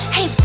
Hey